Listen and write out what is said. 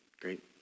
Great